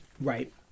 right